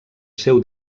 seu